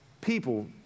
people